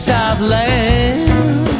Southland